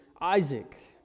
Isaac